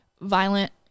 violent